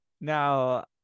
Now